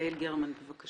יעל גרמן, בבקשה.